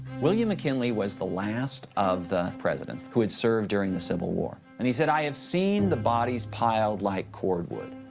william mckinley was the last of the presidents who had served during the civil war. and he said, i have seen the bodies piled like cordwood.